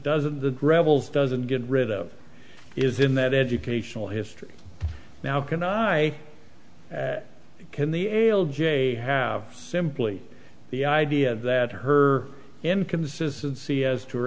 doesn't the gravels doesn't get rid of is in that educational history now can i can the l j have simply the idea that her inconsistency as to